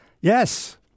Yes